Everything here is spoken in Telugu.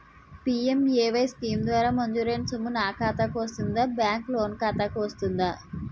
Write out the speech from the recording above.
పి.ఎం.ఎ.వై స్కీమ్ ద్వారా మంజూరైన సొమ్ము నా ఖాతా కు వస్తుందాబ్యాంకు లోన్ ఖాతాకు వస్తుందా?